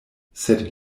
sed